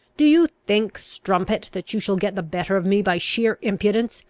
do you think, strumpet that you shall get the better of me by sheer impudence?